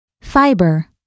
Fiber